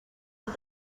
del